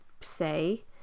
say